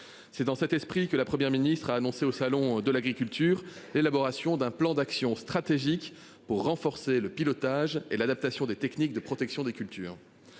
C'est dans cet esprit que la Première ministre a annoncé au salon de l'agriculture, élaboration d'un plan d'action stratégique pour renforcer le pilotage et l'adaptation des techniques de protection des cultures.